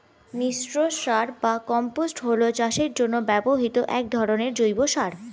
মিশ্র সার বা কম্পোস্ট হল চাষের জন্য ব্যবহৃত এক ধরনের জৈব সার